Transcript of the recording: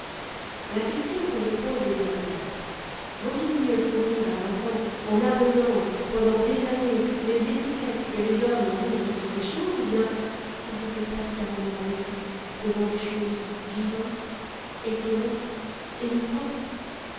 la question que je pose est bien simple vaut-il mieux fournir à l'enfant en abondance pendant des années les étiquettes que les hommes ont mises sur les choses ou bien s'arrêter patiemment avec lui devant des choses vivantes étonnantes émouvantes